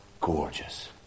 gorgeous